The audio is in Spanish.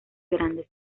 grandes